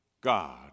God